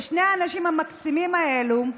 ושני האנשים המקסימים האלה,